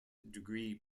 degree